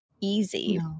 easy